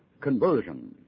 conversion